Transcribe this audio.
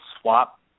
swap